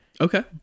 Okay